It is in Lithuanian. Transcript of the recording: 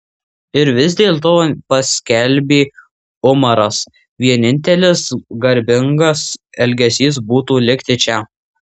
ir vis dėlto paskelbė umaras vienintelis garbingas elgesys būtų likti čia